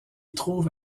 trouve